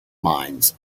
minds